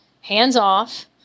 hands-off